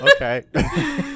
okay